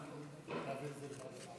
תודה.